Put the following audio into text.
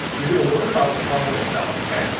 you're going to learn about the funnel itself. okay.